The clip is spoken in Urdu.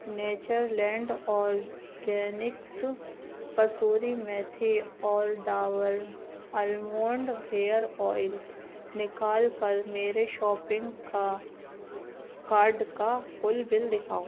nature land organics Kasuri methi اور ڈابر آلمنڈ ہیئر اویل نکال کر میرے شاپنگ کا کارڈ کا کل بل دکھاؤ